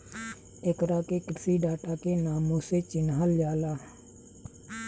एकरा के कृषि डाटा के नामो से चिनहल जाला